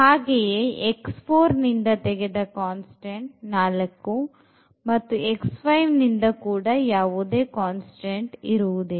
ಹಾಗೆಯೇ x4 ನಿಂದ 4 constant ಮತ್ತು x5 ನಿಂದ ಕೂಡ ಯಾವುದೇ ಕಾನ್ಸ್ಟೆಂಟ್ ಇರುವುದಿಲ್ಲ